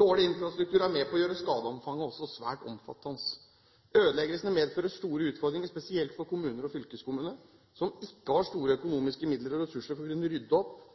Dårlig infrastruktur er med på å gjøre skadeomfanget svært omfattende. Ødeleggelsene medfører store utfordringer, spesielt for kommuner og fylkeskommuner som ikke har store økonomiske midler og ressurser for å kunne rydde opp